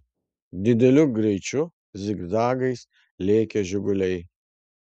dideliu greičiu zigzagais lėkė žiguliai